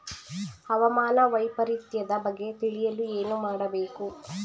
ಹವಾಮಾನ ವೈಪರಿತ್ಯದ ಬಗ್ಗೆ ತಿಳಿಯಲು ಏನು ಮಾಡಬೇಕು?